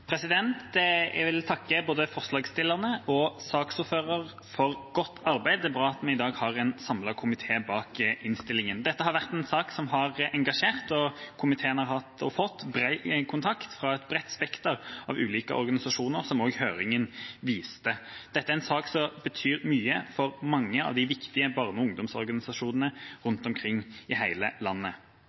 er bra at vi i dag har en samlet komité bak innstillinga. Dette har vært en sak som har engasjert, og komiteen har hatt og fått bred kontakt med et bredt spekter av ulike organisasjoner, som også høringen viste. Dette er en sak som betyr mye for mange av de viktige barne- og ungdomsorganisasjonene rundt omkring i hele landet.